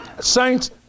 saints